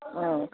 ಹಾಂ